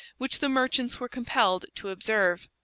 which the merchants were compelled to observe.